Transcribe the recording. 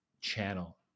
channel